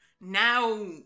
Now